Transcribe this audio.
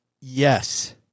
Yes